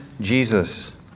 Jesus